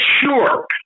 sure